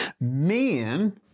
Men